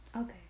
okay